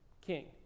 king